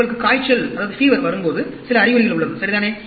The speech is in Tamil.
உங்களுக்கு காய்ச்சல் வரும்போது சில அறிகுறிகள் உள்ளன சரிதானே